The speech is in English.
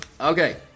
okay